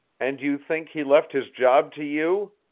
and you think he left his job to you?